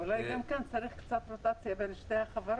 אולי גם כאן צריך קצת רוטציה בין שתי החברות?